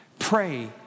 Pray